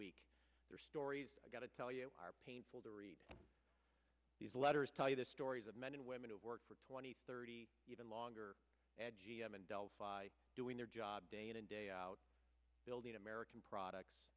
week their stories i got to tell you are painful to read these letters tell you the stories of men and women who work twenty thirty even longer g m and delphi doing their job day in and day out building american products